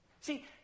See